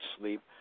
sleep